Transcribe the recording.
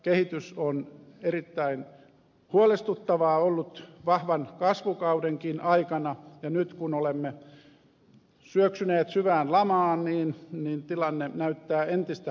kehitys on erittäin huolestuttavaa ollut vahvan kasvukaudenkin aikana ja nyt kun olemme syöksyneet syvään lamaan tilanne näyttää entistä hankalammalta